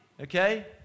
okay